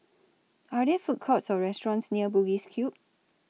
Are There Food Courts Or restaurants near Bugis Cube